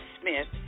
Smith